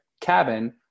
cabin